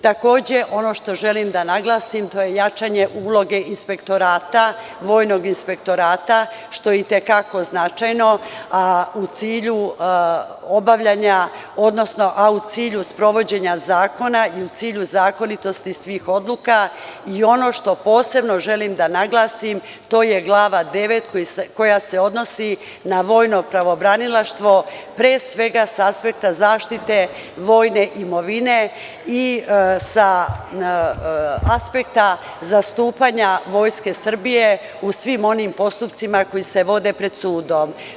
Takođe, ono što želim da naglasim to je jačanje uloge inspektorata, vojnog inspektorata što i te kako značajno, a u cilju obavljanja, odnosno, a u cilju sprovođenja zakona i u cilju zakonitosti svih odluka i ono što posebno želim da naglasim, to je glava 9. koja se odnosi na vojno pravobranilaštvo, pre svega sa aspekta zaštite vojne imovine i sa aspekta zastupanja Vojske Srbije u svim onim postupcima koji se vode pred sudom.